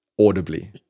Audibly